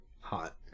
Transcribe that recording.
hot